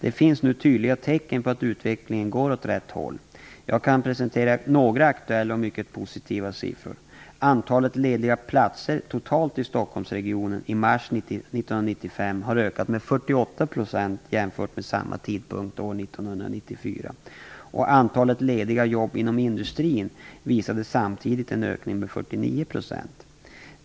Det finns nu tydliga tecken på att utvecklingen går åt rätt håll. Jag kan presentera några aktuella och mycket positiva siffror. Antalet lediga platser totalt i 49 %.